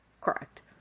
Correct